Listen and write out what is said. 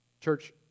Church